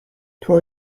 toi